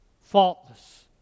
faultless